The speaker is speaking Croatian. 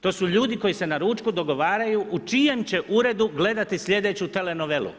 To su ljudi koji se na ručku dogovaraju u čijem će uredu gledati sljedeću telenovelu,